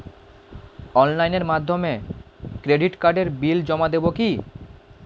অনলাইনের মাধ্যমে ক্রেডিট কার্ডের বিল জমা দেবো কি?